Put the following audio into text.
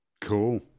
Cool